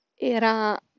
Era